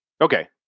Okay